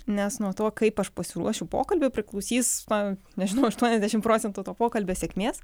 nes nuo to kaip aš pasiruošiu pokalbį priklausys na nežinau aštuoniasdešimt procentų to pokalbio sėkmės